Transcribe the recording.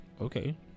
Okay